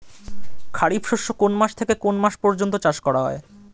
খারিফ শস্য কোন মাস থেকে কোন মাস পর্যন্ত চাষ করা হয়?